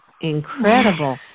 incredible